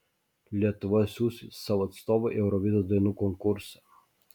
lietuva siųs savo atstovą į eurovizijos dainų konkursą